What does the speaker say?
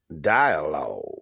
dialogue